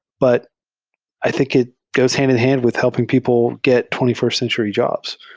but i think it goes hand-in-hand with helping people get twenty first century jobs.